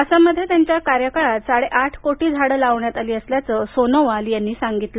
आसाममध्ये त्यांच्या कार्यकाळात साडेआठ कोटी झाडं लावण्यात आली असल्याचं सोनोवाल यांनी सांगितलं